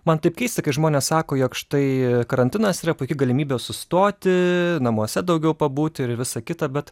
man taip keista kai žmonės sako jog štai karantinas yra puiki galimybė sustoti namuose daugiau pabūti ir visa kita bet